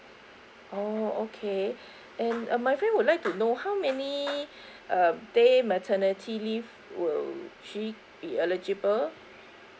oh okay and my friend would like to know how many err day maternity leave will she be eligible